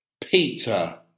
Peter